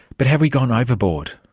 but have we gone overboard?